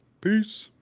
Peace